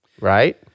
right